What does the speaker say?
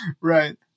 right